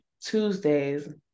Tuesdays